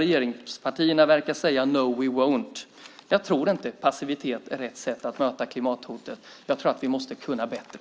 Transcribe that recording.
Regeringspartierna verkar säga: No, we won't. Jag tror inte att passivitet är rätt sätt att möta klimathotet. Jag tror att vi måste kunna bättre.